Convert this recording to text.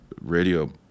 radio